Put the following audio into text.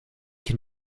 can